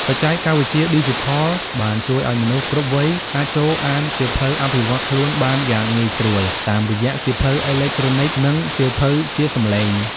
បច្ចេកវិទ្យាឌីជីថលបានជួយឱ្យមនុស្សគ្រប់វ័យ អាចចូលអានសៀវភៅអភិវឌ្ឍខ្លួនបានយ៉ាងងាយស្រួលតាមរយៈសៀវភៅអេឡិចត្រូនិក និងសៀវភៅជាសំឡេង។